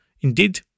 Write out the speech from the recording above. Indeed